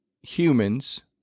humans